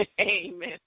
Amen